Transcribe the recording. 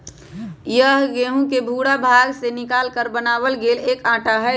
यह गेहूं के भूरा भाग के निकालकर बनावल गैल एक आटा हई